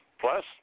Plus